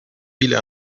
viele